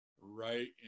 right